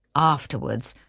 afterwards,